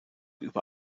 über